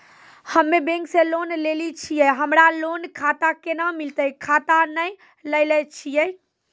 हम्मे बैंक से लोन लेली छियै हमरा लोन खाता कैना मिलतै खाता नैय लैलै छियै?